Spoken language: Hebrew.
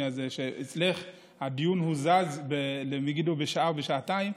הזה: אצלך הדיון הוזז במגידו בשעה או בשעתיים,